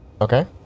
Okay